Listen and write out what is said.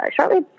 shortly